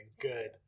Good